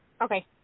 Okay